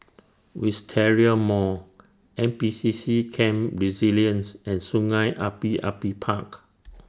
Wisteria Mall N P C C Camp Resilience and Sungei Api Api Park